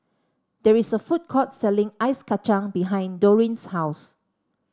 there is a food court selling Ice Kachang behind Doreen's house